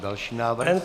Další návrh.